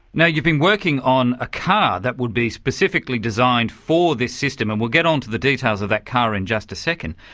yeah you've been working on a car that would be specifically designed for this system, and we'll get onto the details of that car in just a second,